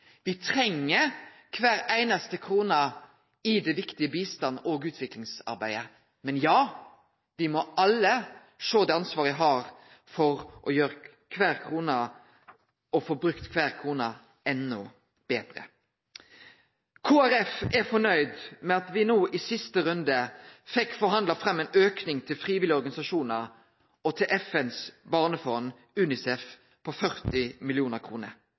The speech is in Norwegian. Me treng kvar einaste krone i det viktige bistands- og utviklingsarbeidet, men ja – me må alle sjå det ansvaret me har for å få brukt kvar krone enda betre. Kristeleg Folkeparti er fornøgd med at me no, i siste runde, fekk forhandla fram ein auke til frivillige organisasjonar og til FNs barnefond, UNICEF, på 40